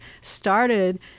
started